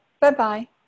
Bye-bye